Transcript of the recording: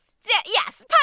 yes